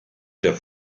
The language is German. der